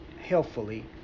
healthfully